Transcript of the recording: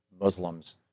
Muslims